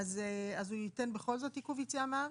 הוא ייתן בכל זאת עיכוב יציאה מהארץ?